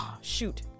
shoot